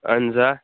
اَہَن حظ آ